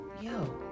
yo